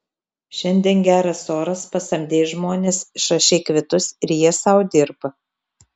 šiandien geras oras pasamdei žmones išrašei kvitus ir jie sau dirba